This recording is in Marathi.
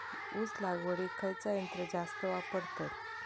ऊस लावडीक खयचा यंत्र जास्त वापरतत?